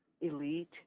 elite